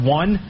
one